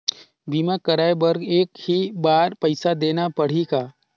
बीमा कराय बर एक ही बार पईसा देना पड़ही का?